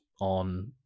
on